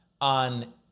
on